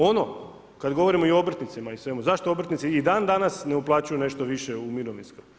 Ono, kad govorimo i obrtnicima i svemu, zašto obrtnici i dan danas ne uplaćuju nešto više u mirovinsko?